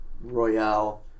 Royale